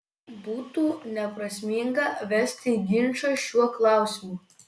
būtų neprasminga vesti ginčą šiuo klausimu